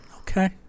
Okay